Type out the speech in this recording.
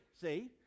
see